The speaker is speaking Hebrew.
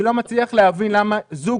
אני לא מצליח להבין מה ההיגיון בזה שזוג